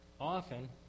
Often